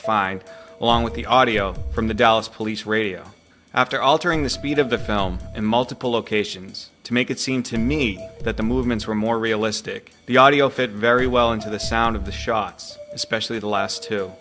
find along with the audio from the dallas police radio after altering the speed of the film in multiple locations to make it seem to me that the movements were more realistic the audio fit very well into the sound of the shots especially the last two